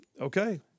Okay